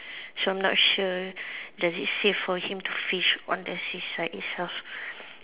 so I'm not sure does it safe for him to fish on the seaside itself